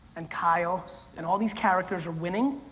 and kyle and all these characters are winning,